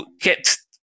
kept